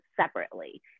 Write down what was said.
separately